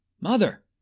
Mother